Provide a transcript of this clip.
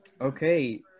okay